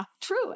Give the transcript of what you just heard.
true